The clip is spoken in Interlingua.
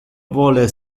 vole